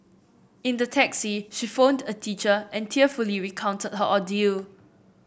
in the taxi she phoned a teacher and tearfully recounted her ordeal